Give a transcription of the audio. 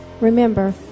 Remember